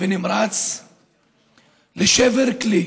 ונמרץ לשבר כלי,